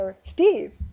Steve